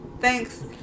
thanks